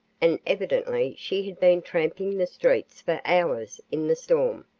and evidently she had been tramping the streets for hours in the storm.